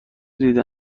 دیده